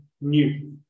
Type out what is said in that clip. new